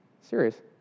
Serious